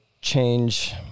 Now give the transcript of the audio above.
change